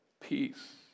peace